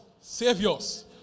Saviors